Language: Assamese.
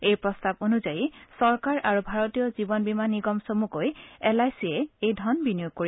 এই প্ৰস্তাৱ অনুযায়ী চৰকাৰ আৰু ভাৰতীয় জীৱন বীমা নিগম চমুকৈ এল আই চিয়ে এই ধন বিনিয়োগ কৰিব